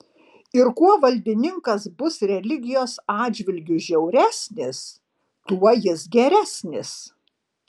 ir kuo valdininkas bus religijos atžvilgiu žiauresnis tuo jis geresnis